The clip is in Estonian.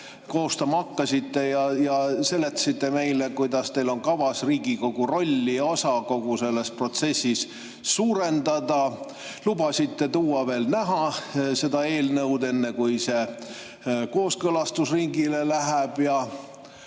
koostama hakkasite, ja seletasite meile, kuidas teil on kavas Riigikogu rolli ja osa kogu selles protsessis suurendada. Lubasite tuua selle eelnõu veel näha, enne kui see kooskõlastusringile läheb.